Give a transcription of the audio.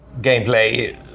gameplay